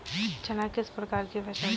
चना किस प्रकार की फसल है?